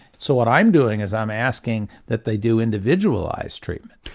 so what i'm doing is i'm asking that they do individualised treatment.